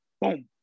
boom